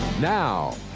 Now